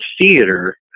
theater